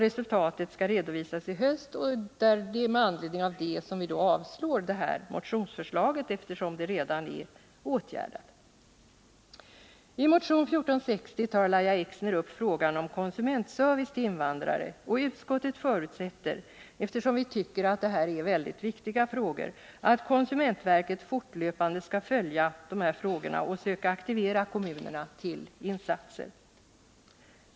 Resultatet skall redovisas i höst, och det är med anledning härav som utskottet avstyrker det här motionsförslaget, eftersom saken redan är åtgärdad. I motion nr 1460 tar Lahja Exner upp frågan om konsumentservice till invandrare, och utskottet förutsätter — eftersom vi tycker att det här är en mycket viktig fråga — att konsumentverket fortlöpande skall följa den här frågan och söka aktivera kommunerna till insatser.